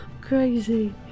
Crazy